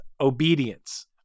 obedience